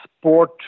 sport